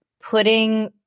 putting